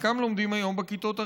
חלקם לומדים היום בכיתות הרגילות,